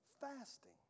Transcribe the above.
fasting